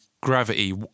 Gravity